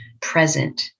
present